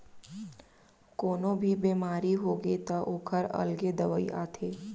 कोनो भी बेमारी होगे त ओखर अलगे दवई आथे